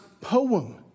poem